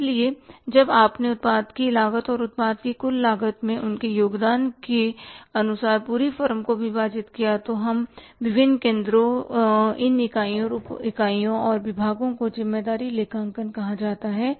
इसलिए जब आपने उत्पाद की लागत और उत्पाद की कुल लागत में उनके योगदान के अनुसार पूरी फर्म को विभाजित किया तो इन विभिन्न केंद्रों इन इकाइयों उप इकाइयों और विभागों को ज़िम्मेदारी लेखांकन कहा जाता है